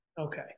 Okay